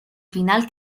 final